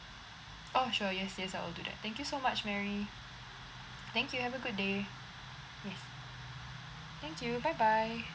oh sure yes yes I'll do that thank you so much mary thank you have a good day yes thank you bye bye